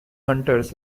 hunters